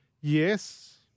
Yes